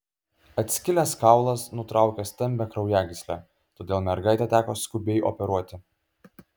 atskilęs kaulas nutraukė stambią kraujagyslę todėl mergaitę teko skubiai operuoti